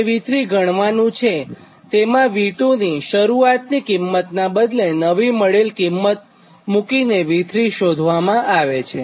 અને V3 ગણવાનું છેજેમાં V2 ની શરૂઆતની કિંમતનાં બદલે નવી મળેલ કિંમત મુકીને V3 શોધવામાં આવે છે